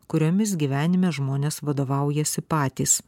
kuriomis gyvenime žmonės vadovaujasi patys